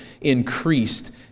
increased